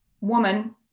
woman